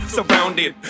Surrounded